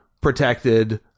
protected